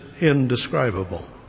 indescribable